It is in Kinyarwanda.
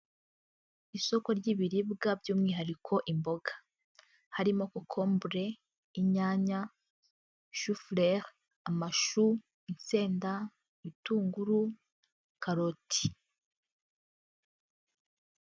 Isoko ry'ibiribwa, by'umwihariko imboga. Harimo kokombure, inyanya, shufurere, amashu, insenda, ibitunguru, karoti.